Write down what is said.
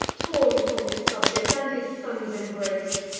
torn from his subjects, and his son's embrace.